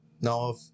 Now